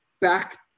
back